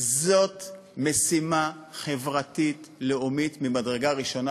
זאת משימה חברתית לאומית ממדרגה ראשונה,